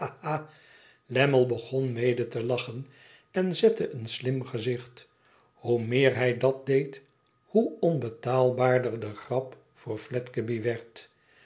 lammie begon mede te lachen en zette een slim gezicht hoe meer hij dat deed hoe onbetaalbaarder de grap voor fledgeby werd